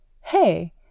hey